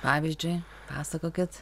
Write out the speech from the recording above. pavyzdžiui pasakokit